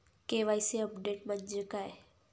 KYC update म्हणजे काय?